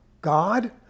God